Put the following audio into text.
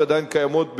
שעדיין קיימות,